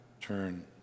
Turn